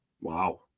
Wow